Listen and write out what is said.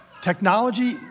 Technology